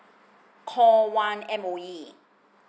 call one M_O_E